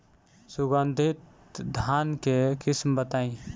सुगंधित धान के किस्म बताई?